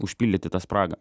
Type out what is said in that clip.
užpildyti tą spragą